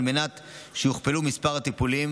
על מנת שיוכפל מספר הטיפולים